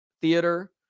theater